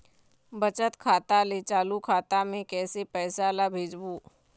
बचत खाता ले चालू खाता मे कैसे पैसा ला भेजबो?